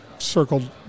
Circled